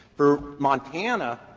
for montana,